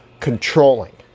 controlling